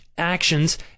actions